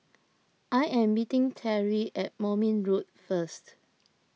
I am meeting Terry at Moulmein Road first